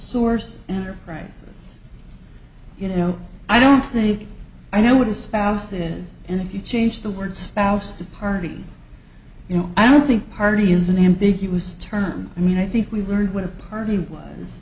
source and or crisis you know i don't think i know what a spouse is and if you change the word spouse to party you know i don't think party is an ambiguous term i mean i think we learned what a party was